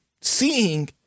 seeing